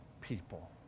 people